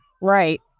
Right